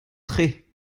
tre